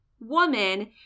woman